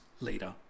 later